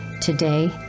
Today